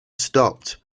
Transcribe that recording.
stopped